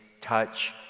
touch